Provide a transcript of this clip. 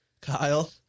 Kyle